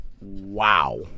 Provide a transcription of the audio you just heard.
Wow